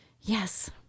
Yes